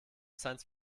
science